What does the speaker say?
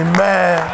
Amen